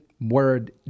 word